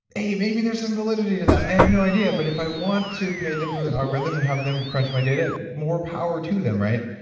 hey, maybe there's some validity to that, i have no idea but if i want to pay them for that algorithm and have them crunch my data, more power to them, right?